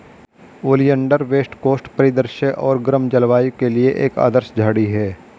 oleander west coast परिदृश्य और गर्म जलवायु के लिए एक आदर्श झाड़ी है